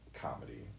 comedy